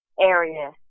area